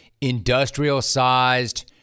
industrial-sized